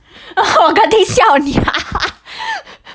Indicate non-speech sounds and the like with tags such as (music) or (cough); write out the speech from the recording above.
(laughs) 我肯定笑你的 (laughs)